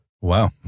Wow